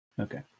Okay